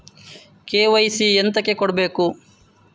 KYC ಎಂತಕೆ ಕೊಡ್ಬೇಕು?